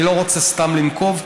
אני לא רוצה סתם לנקוב,